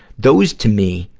those, to me,